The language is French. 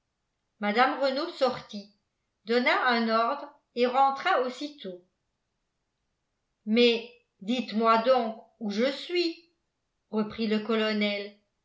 mme renault sortit donna un ordre et rentra aussitôt mais dites-moi donc où je suis reprit le colonel